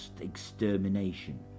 extermination